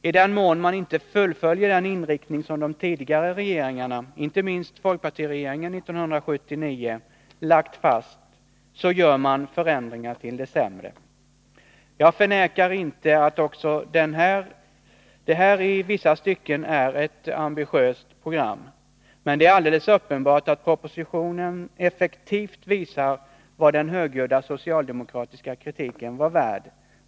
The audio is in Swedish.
I den mån man inte fullföljer den inriktning som de tidigare regeringarna, inte minst folkpartiregeringen 1979, lagt fast, gör man förändringar till det sämre. Jag förnekar inte att också det här i vissa stycken är ett ambitiöst program. Men det är alldeles uppenbart att propositionen effektivt visar vad den högljudda socialdemokratiska kritiken var värd.